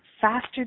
faster